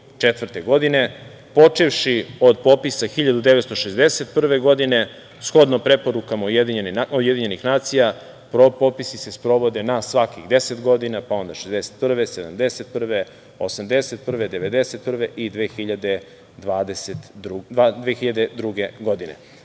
1834. godine. Počevši od popisa 1961. godine, shodno preporukama Ujedinjenih nacija, popisi se sprovode na svakih 10 godina, pa onda 1961, 1971, 1981, 1991. i 2002. godine. Zakonom